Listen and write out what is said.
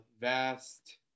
vast